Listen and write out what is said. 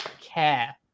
Care